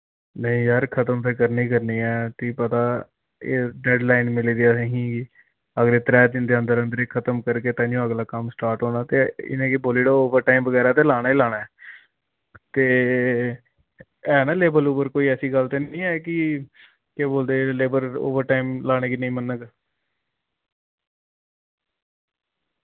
नेईं यार खत्म ते करनी करनी ऐ तुगी पता एह् डेडलाइन मिली दी असें ही अगले त्रै दिन दे अंदर अंदर एह् खत्म करगे ताइयों अगला कम्म स्टार्ट होना ते इनें गी बोली ओड़ो ओवरटाइम वगैरा ते लाना ही लाना ऐ ते है ना लेबर लुबर कोई ऐसी गल्ल ते निं ऐ कि केह् बोलदे लेबर ओवरटाइम लाने कि नेईं मन्ना दे